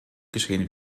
geschehen